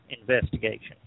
investigation